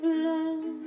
love